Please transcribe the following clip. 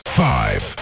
five